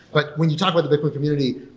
but when you talk about the bitcoin community,